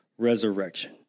resurrection